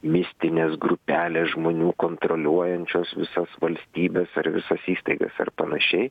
mistinės grupelės žmonių kontroliuojančios visos valstybes ar visas įstaigas ar panašiai